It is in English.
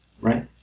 right